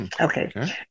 Okay